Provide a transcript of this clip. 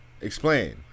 Explain